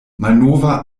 malnova